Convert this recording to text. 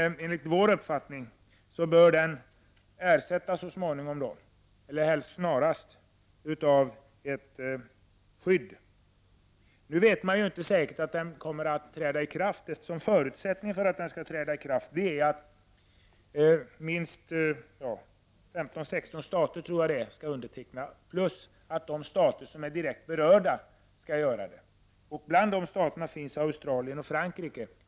Enligt vår uppfattning bör den så småningom, eller helst snarast, ersätts av en skyddskonvention. Nu vet man inte säkert att konventionen kommer att träda i kraft, eftersom förutsättningen för att den skall träda i kraft är att minst 15—16 stater plus de stater som är direkt berörda skall underteckna den. Bland dessa stater finns Australien och Frankrike.